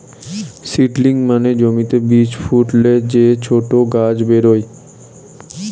seedling মানে জমিতে বীজ ফুটলে যে ছোট গাছ বেরোয়